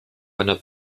einer